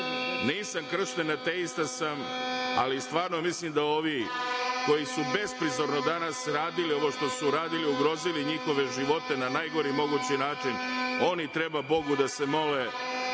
Nisam kršten, ateista sam, ali stvarno mislim da ovi koji su besprizorno danas radili ono što su radili, ugrozili njihove živote na najgori mogući način, oni treba Bogu da se mole